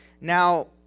Now